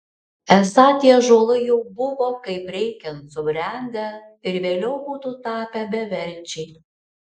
esą tie ąžuolai jau buvo kaip reikiant subrendę ir vėliau būtų tapę beverčiai